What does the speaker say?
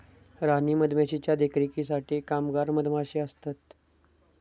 राणी मधमाशीच्या देखरेखीसाठी कामगार मधमाशे असतत